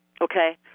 Okay